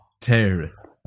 Terrorists